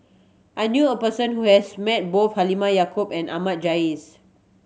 I knew a person who has met both Halimah Yacob and Ahmad Jais